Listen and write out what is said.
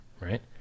right